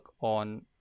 on